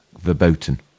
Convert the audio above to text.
verboten